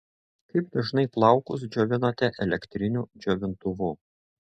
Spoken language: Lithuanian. kaip dažnai plaukus džiovinate elektriniu džiovintuvu